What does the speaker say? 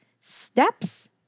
steps